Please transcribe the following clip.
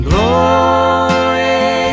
Glory